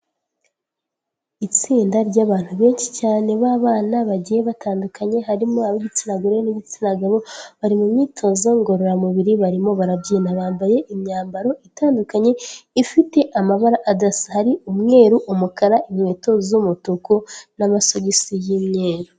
Itsinda ry'abantu benshi cyane b'abana bagiye batandukanye, harimo ab'igitsina gore n'ibitsina gabo, bari mu myitozo ngororamubiri barimo barabyina, bambaye imyambaro itandukanye ifite amabara adasa, hari umweru, umukara, inkweto, z'umutuku n'amasogisi y'imyeru.